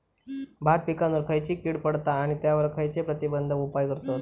भात पिकांवर खैयची कीड पडता आणि त्यावर खैयचे प्रतिबंधक उपाय करतत?